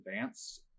advanced